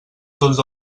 tots